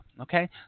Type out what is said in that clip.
Okay